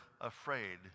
afraid